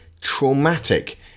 traumatic